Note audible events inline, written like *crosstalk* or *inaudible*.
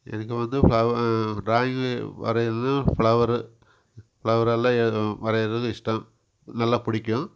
எனக்கு வந்து ஃப்ள டிராயிங்கு வரையிரதுனா ஃப்ளவரு ஃப்ளவர் எல்லாம் *unintelligible* வரையிரது வந்து இஷ்டம் நல்லா பிடிக்கும்